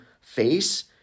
face